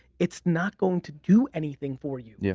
it's not going to do anything for you. yeah